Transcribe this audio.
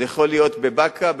זה יכול להיות בבאקה,